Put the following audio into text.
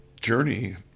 journey